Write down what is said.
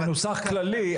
הוא מנוסח כללי,